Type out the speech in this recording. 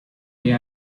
they